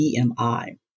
BMI